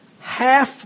half